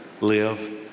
live